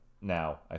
now